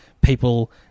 people